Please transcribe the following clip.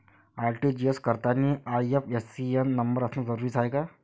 RTGS करतांनी IFSC न number असनं जरुरीच हाय का?